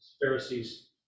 Pharisees